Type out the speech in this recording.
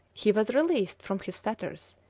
he was released from his fetters,